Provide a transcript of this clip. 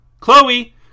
Chloe